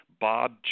Bob